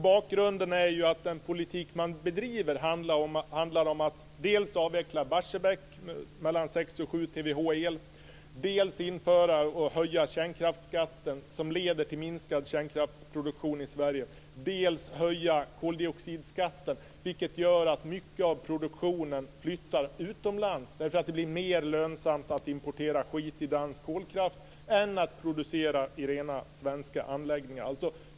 Bakgrunden är att den politik som man bedriver handlar om att dels avveckla Barsebäck - mellan sex och sju terawattimmar el - dels införa och höja kärnkraftsskatten, som leder till minskad kärnkraftsproduktion i Sverige. Det handlar också om att höja koldioxidskatten, vilket gör att mycket av produktionen flyttar utomlands eftersom det blir mer lönsamt att importera skitig dansk kolkraft än att producera i rena svenska anläggningar.